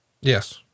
Yes